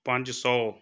ਪੰਜ ਸੌ